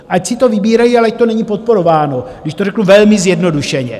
Ať si to vybírají, ale ať to není podporováno, když to řeknu velmi zjednodušeně.